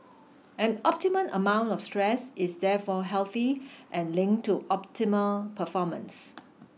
an optimum amount of stress is therefore healthy and link to optimal performance